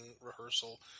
rehearsal